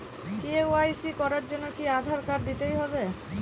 KYC করার জন্য কি আধার কার্ড দিতেই হবে?